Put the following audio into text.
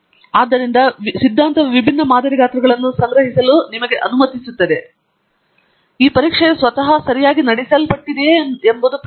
ಆದ್ದರಿಂದ ಸಿದ್ಧಾಂತವು ವಿಭಿನ್ನ ಮಾದರಿ ಗಾತ್ರಗಳನ್ನು ಸಂಗ್ರಹಿಸಲು ನಿಮಗೆ ಅನುಮತಿಸುತ್ತದೆ ಆದರೆ ಈ ಪರೀಕ್ಷೆಯು ಸ್ವತಃ ಸರಿಯಾಗಿ ನಡೆಸಲ್ಪಟ್ಟಿದೆಯೇ ಎಂಬ ಪ್ರಶ್ನೆ ಇದೆ